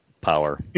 power